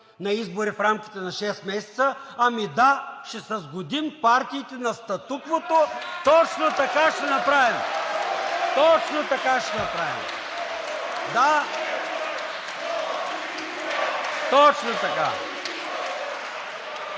на избори в рамките на шест месеца, ами да, ще се сгодим партиите на статуквото, точно така ще направим! Точно така ще направим! (Народните